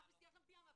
אף מסגרת לא מתאימה לו,